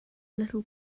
little